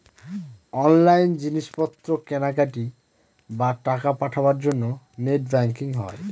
online জিনিস পত্র কেনাকাটি, বা টাকা পাঠাবার জন্য নেট ব্যাঙ্কিং হয়